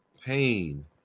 pain